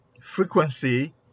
frequency